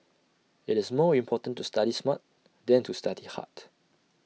IT is more important to study smart than to study hard